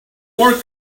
more